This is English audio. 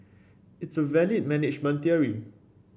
it's a valid management theory